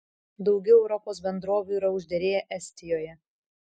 daugiau europos bendrovių yra užderėję estijoje